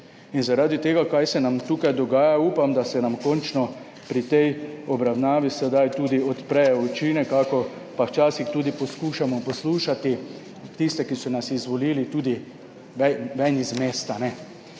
In zaradi tega, kaj se nam tukaj dogaja, upam, da se nam končno pri tej obravnavi sedaj tudi odprejo oči. Nekako pa včasih tudi poskušamo poslušati tiste, ki so nas izvolili, tudi ven iz mesta.